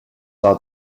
saw